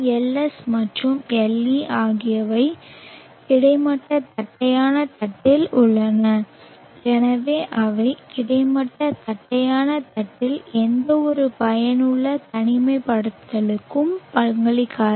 LS மற்றும் LE ஆகியவை கிடைமட்ட தட்டையான தட்டில் உள்ளன எனவே அவை கிடைமட்ட தட்டையான தட்டில் எந்தவொரு பயனுள்ள தனிமைப்படுத்தலுக்கும் பங்களிக்காது